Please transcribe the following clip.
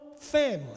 family